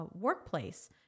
workplace